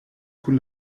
kun